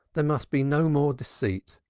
there must be no more deceit.